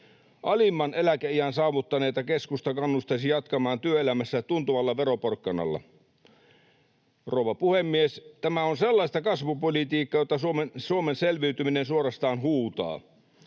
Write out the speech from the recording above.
Alimman eläkeiän saavuttaneita keskusta kannustaisi jatkamaan työelämässä tuntuvalla veroporkkanalla. Rouva puhemies! Tämä on sellaista kasvupolitiikkaa, jota Suomen selviytyminen suorastaan huutaa.